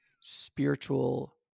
spiritual